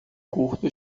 curto